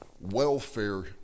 welfare